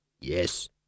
Yes